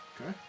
Okay